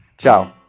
ciao